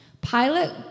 Pilate